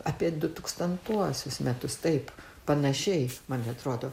apie dutūkstantuosius metus taip panašiai man atrodo